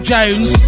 Jones